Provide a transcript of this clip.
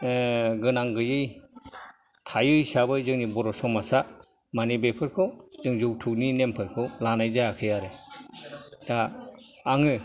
गोनां गैयै थायो हिसाबै जोंनि बर' समाजा माने बेफोरखौ जोङो जौथुकनि नेमफोरखौ लानाय जायाखै आरो दा आङो